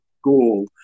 school